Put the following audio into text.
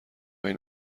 این